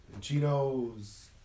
Chino's